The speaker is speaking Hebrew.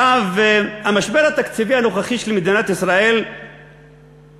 המשבר התקציבי הנוכחי של מדינת ישראל הוא